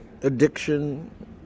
addiction